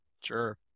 Sure